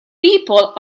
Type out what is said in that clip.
people